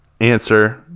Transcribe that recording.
answer